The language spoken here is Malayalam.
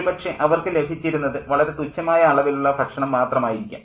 ഒരു പക്ഷേ അവർക്ക് ലഭിച്ചിരുന്നത് വളരെ തുച്ഛമായ അളവിലുള്ള ഭക്ഷണം മാത്രമായിരിക്കാം